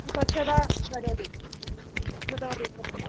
स्वच्छता करोति कृतवती कृतं